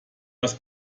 das